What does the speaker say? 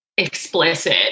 explicit